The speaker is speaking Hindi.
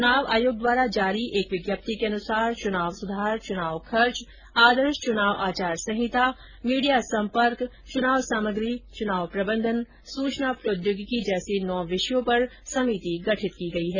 चुनाव आयोग द्वारा जारी एक विज्ञप्ति के अनुसार चुनाव सुधार चुनाव खर्च आदर्श चुनाव आचार संहिता मीडिया सम्पर्क चुनाव सामग्री चुनाव प्रबंधन सूचना प्रौद्योगिकी जैसे नौ विषयों पर कार्य समिति गठित की गई है